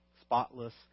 spotless